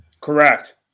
correct